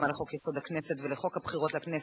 (התאמה לחוק-יסוד: הכנסת ולחוק הבחירות לכנסת),